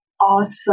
awesome